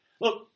Look